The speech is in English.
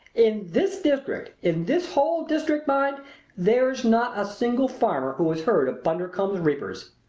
in this district in this whole district, mind there is not a single farmer who has heard of bundercombe's reapers!